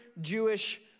Jewish